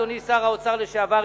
אדוני שר האוצר לשעבר,